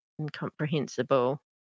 incomprehensible